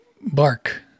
bark